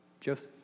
Joseph